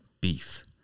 beef